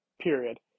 period